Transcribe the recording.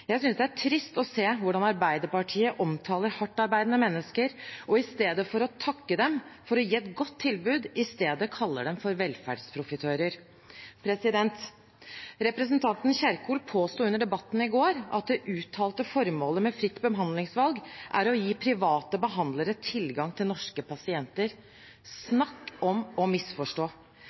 Jeg synes det er trist å se hvordan Arbeiderpartiet omtaler hardtarbeidende mennesker, og i stedet for å takke dem for å gi et godt tilbud kaller dem velferdsprofitører. Representanten Kjerkol påsto under debatten i går at det uttalte formålet med fritt behandlingsvalg er å gi private behandlere tilgang til norske pasienter – snakk om å misforstå.